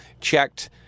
checked